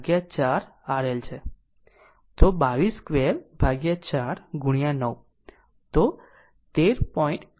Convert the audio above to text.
તો 222 ભાગ્યા 4 9 તો 13